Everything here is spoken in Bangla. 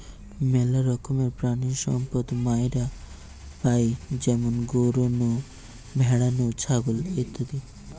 মেলা রকমের প্রাণিসম্পদ মাইরা পাই যেমন গরু নু, ভ্যাড়া নু, ছাগল ইত্যাদি